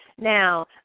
Now